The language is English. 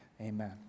Amen